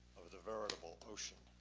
of the veritable ocean.